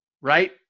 right